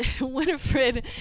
Winifred